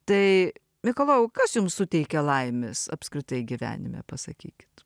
tai mikalojau kas jums suteikia laimės apskritai gyvenime pasakykit